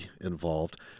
involved